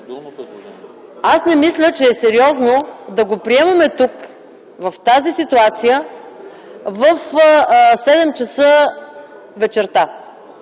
Не мисля, че е сериозно да го приемаме тук, в тази ситуация, в 7,00 ч. вечерта.